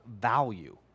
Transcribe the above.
value